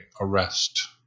arrest